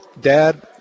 Dad